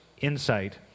insight